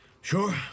Sure